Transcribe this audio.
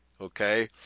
Okay